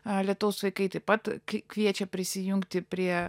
alytaus vaikai taip pat kviečia prisijungti prie